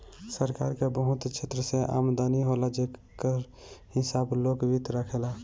सरकार के बहुत क्षेत्र से आमदनी होला जेकर हिसाब लोक वित्त राखेला